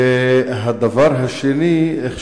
והדבר השני,